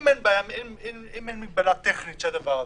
אם אין מגבלה טכנית של הדבר הזה,